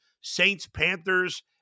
Saints-Panthers